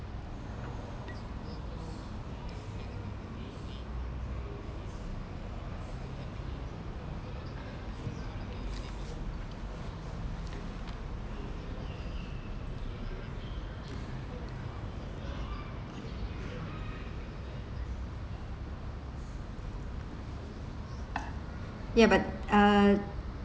yeah but uh